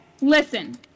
listen